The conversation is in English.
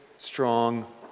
Strong